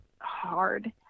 hard